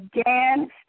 again